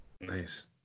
Nice